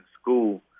school